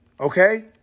Okay